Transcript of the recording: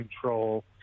control